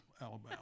Alabama